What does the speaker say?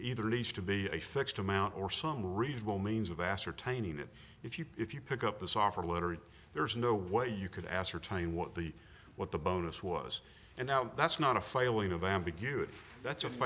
either needs to be a fixed amount or some reasonable means of ascertaining that if you if you pick up the software literate there is no way you could ascertain what the what the bonus was and now that's not a failing of ambiguity that's a